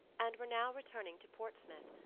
and were now returning to portsmouth,